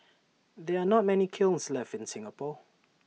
there are not many kilns left in Singapore